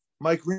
Mike